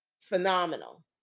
phenomenal